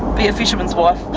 be a fisherman's wife.